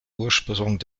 ursprung